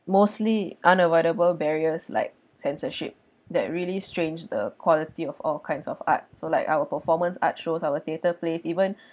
mostly unavoidable barriers like censorship that really strange the quality of all kinds of art so like our performance art shows our theatre plays even